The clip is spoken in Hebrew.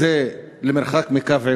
זה למרחק מקו עימות,